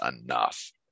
enough